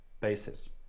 basis